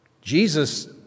Jesus